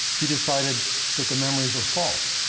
he decided that the memories were false.